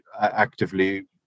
actively